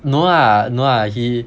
no lah no lah he